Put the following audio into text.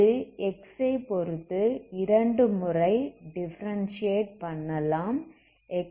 இதை x ஐ பொறுத்து இரண்டு முறை டிஃபரென்ஸியேட் பண்ணலாம் x